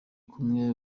kumwe